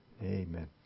Amen